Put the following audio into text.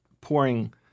pouring